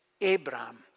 Abraham